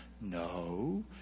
No